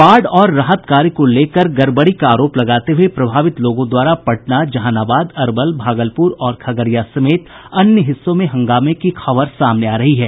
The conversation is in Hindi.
बाढ़ और राहत कार्य को लेकर गड़बड़ी का आरोप लगाते हुये प्रभावित लोगों द्वारा पटना जहानाबाद अरवल भागलपुर और खगड़िया समेत अन्य हिस्सों से हंगामे की खबर सामने आ रही है